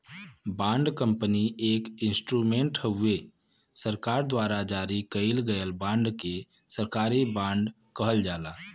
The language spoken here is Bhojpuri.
बॉन्ड कंपनी एक इंस्ट्रूमेंट हउवे सरकार द्वारा जारी कइल गयल बांड के सरकारी बॉन्ड कहल जाला